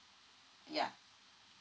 ya